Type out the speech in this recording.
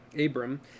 Abram